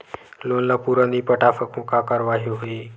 Loan ला पूरा नई पटा सकहुं का कारवाही होही?